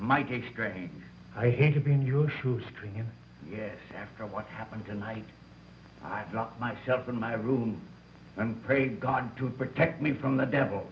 great i hate to be in your shoe string yes after what happened tonight i myself in my room and prayed god to protect me from the devil